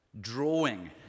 drawing